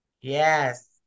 Yes